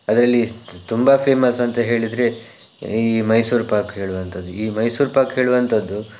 ಅದರಲ್ಲಿ ತುಂಬ ಫೇಮಸ್ ಅಂತ ಹೇಳಿದರೆ ಈ ಮೈಸೂರು ಪಾಕು ಹೇಳುವಂಥದ್ದು ಈ ಮೈಸೂರು ಪಾಕು ಹೇಳುವಂಥದ್ದು